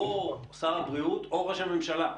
או שר הבריאות או ראש הממשלה.